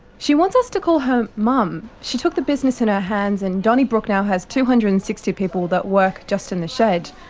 she wants us to call her mom. she took the business in her hands and donnybrook now has two hundred and sixty people that work just in the shed.